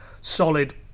solid